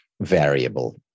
variable